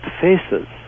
faces